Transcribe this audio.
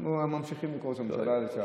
אנחנו ממשיכים לקרוא לו ראש הממשלה לשעבר.